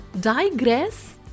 digress